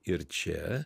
ir čia